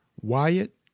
Wyatt